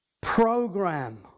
program